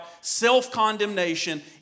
self-condemnation